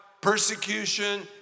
persecution